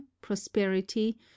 prosperity